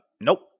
Nope